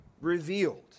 revealed